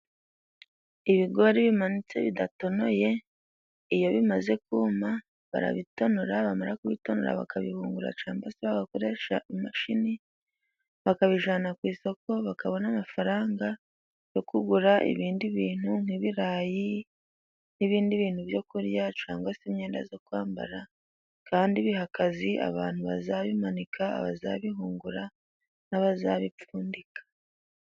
Ibigori bimanitse bidatonoye, iyo bimaze kuma barabitonora bamara kubitonora bakabihungura camba se bagakoresha imashini ,bakabijana ku isoko bakabona amafaranga yo kugura ibindi bintu nk'ibirayi n'ibindi bintu byo kurya cangwa se imyenda zo Kwambara, kandi biha akazi abantu bazabimanika, abazabihungura, n'abazabipfundika.